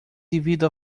devido